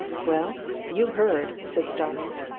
well you heard! said starmidge.